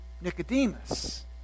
Nicodemus